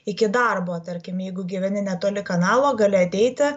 iki darbo tarkim jeigu gyveni netoli kanalo gali ateiti